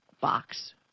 box